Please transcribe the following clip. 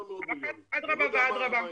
אני רק אדגיש שכפי שהפתרון הזה,